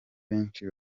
benshi